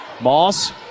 Moss